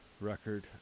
record